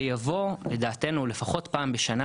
שיבוא לכנסת פעם בשנה